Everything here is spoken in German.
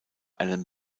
alan